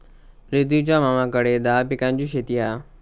प्रितीच्या मामाकडे दहा पिकांची शेती हा